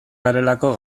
garelako